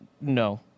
No